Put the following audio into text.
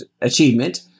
achievement